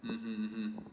mmhmm mmhmm